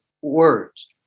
words